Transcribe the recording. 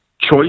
choice